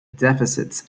deficits